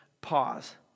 pause